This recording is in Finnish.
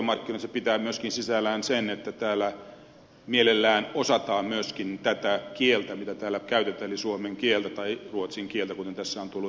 se pitää myöskin sisällään sen että täällä mielellään osataan myöskin tätä kieltä mitä täällä käytetään eli suomen kieltä tai ruotsin kieltä kuten tässä on tullut esille